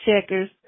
checkers